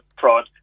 fraud